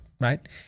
right